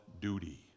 duty